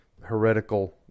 heretical